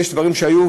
יש דברים שהיו.